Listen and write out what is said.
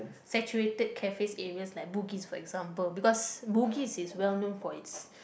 cafe areas like Bugis for example because Bugis is well known for it's